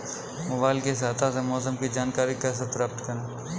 Mobile की सहायता से मौसम की जानकारी कैसे प्राप्त करें?